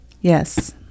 Yes